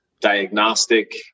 diagnostic